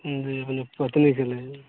जी ओ लोक पटने गेलै